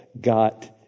got